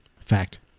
Fact